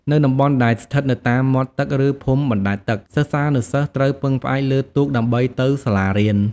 នៅតំបន់ដែលស្ថិតនៅតាមមាត់ទឹកឬភូមិបណ្តែតទឹក សិស្សានុសិស្សត្រូវពឹងផ្អែកលើទូកដើម្បីទៅសាលារៀន។